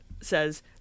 says